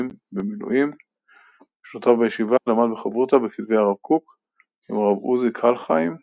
נכדו של האדמו"ר מפשדבורז' וצאצא של רבי קלונימוס קלמן הלוי אפשטיין,